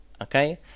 okay